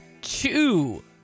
Two